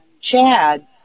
chad